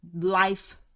life